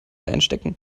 einstecken